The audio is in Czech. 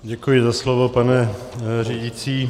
Děkuji za slovo, pane řídící.